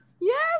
yes